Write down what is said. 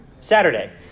Saturday